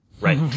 right